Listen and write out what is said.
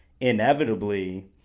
inevitably